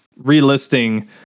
relisting